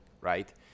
Right